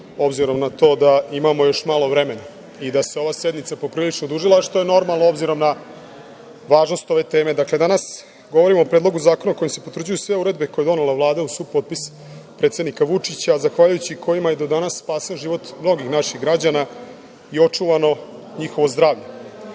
obzirom na to da imamo još malo vremena i da se ova sednica poprilično odužila, što je normalno obzirom na važnost ove teme. Dakle, danas govorimo o Predlogu zakona kojim se potvrđuju sve uredbe koje je donela Vlada uz suv potpis predsednika Vučića, zahvaljujući kojima je danas spašen život mnogih naših građana i očuvano njihovo zdravlje. Iako